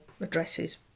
addresses